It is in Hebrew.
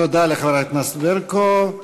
תודה לחברת הכנסת ברקו.